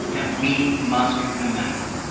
that we must remember.